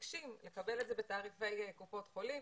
מבקשים לקבל את זה בתעריפי קופות חולים.